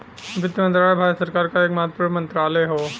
वित्त मंत्रालय भारत सरकार क एक महत्वपूर्ण मंत्रालय हौ